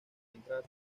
entrar